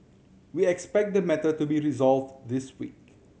we expect the matter to be resolved this week